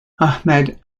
ahmed